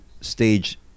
Stage